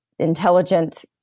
Intelligent